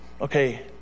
Okay